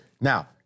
Now